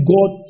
God